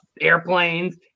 airplanes